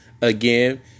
again